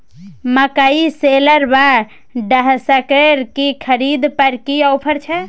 मकई शेलर व डहसकेर की खरीद पर की ऑफर छै?